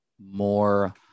more